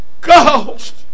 Ghost